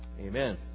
Amen